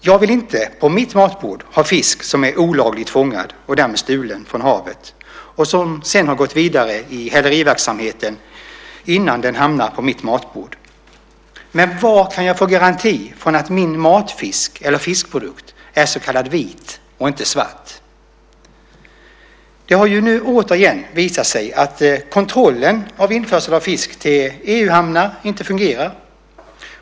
Jag vill inte på mitt matbord ha fisk som är olagligt fångad och därmed stulen från havet och som har gått vidare i häleriverksamheten innan den hamnar på mitt matbord. Var kan jag få garanti för att min matfisk eller fiskprodukt är så kallad vit och inte svart? Det har återigen visat sig att kontrollen av införsel av fisk till EU-hamnar inte fungerar.